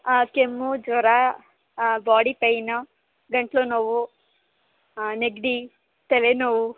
ಕೆಮ್ಮು ಜ್ವರ body pain ಗಂಟಲು ನೋವು ನೆಗಡಿ ತಲೆನೋವು